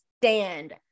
stand